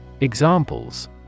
Examples